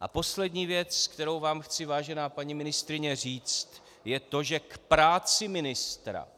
A poslední věc, kterou vám chci, vážená paní ministryně, říct, je to, že k práci ministra,